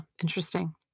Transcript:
Interesting